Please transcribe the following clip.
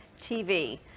TV